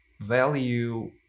value